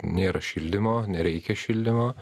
nėra šildymo nereikia šildymo